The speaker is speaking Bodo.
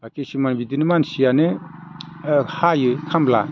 बा किसुमान बिदिनो मानसियानो हायो खामला